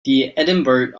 edinburgh